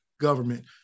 government